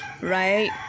right